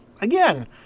Again